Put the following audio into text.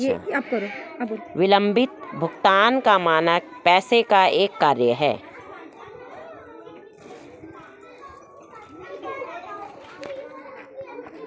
विलम्बित भुगतान का मानक पैसे का एक कार्य है